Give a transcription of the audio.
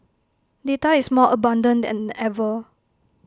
data is more abundant than ever